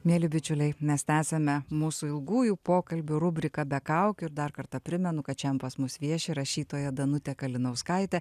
mieli bičiuliai mes tęsiame mūsų ilgųjų pokalbių rubriką be kaukių ir dar kartą primenu kad šian pas mus vieši rašytoja danutė kalinauskaitė